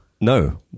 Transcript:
No